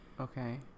Okay